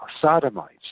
sodomites